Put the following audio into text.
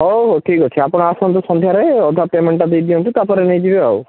ହଉ ହଉ ଠିକ୍ ଅଛି ଆପଣ ଆସନ୍ତୁ ସନ୍ଧ୍ୟାରେ ଅଧା ପେମେଣ୍ଟ୍ଟା ଦେଇଦିଅନ୍ତୁ ତାପରେ ନେଇଯିବେ ଆଉ